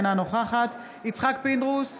אינה נוכחת יצחק פינדרוס,